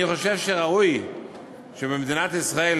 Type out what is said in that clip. אני חושב שראוי שבמדינת ישראל,